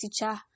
teacher